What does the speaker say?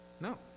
No